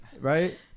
Right